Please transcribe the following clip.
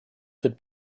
could